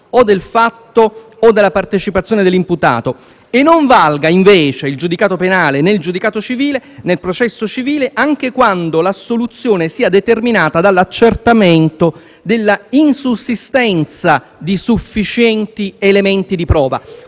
o del fatto o della partecipazione dell'imputato, e non valga, invece (il giudicato penale) nel processo civile, anche quando la soluzione sia determinata dall'accertamento della insussistenza di sufficienti elementi di prova.